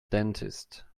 dentist